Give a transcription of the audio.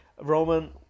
Roman